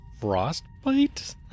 Frostbite